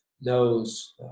knows